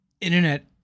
internet